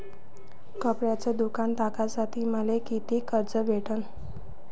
कपड्याचं दुकान टाकासाठी मले कितीक कर्ज भेटन?